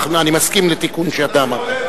אני מסכים לתיקון שאתה אמרת.